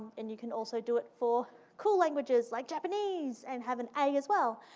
and you can also do it for cool languages like japanese, and have an a as well.